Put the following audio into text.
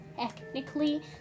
technically